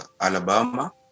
Alabama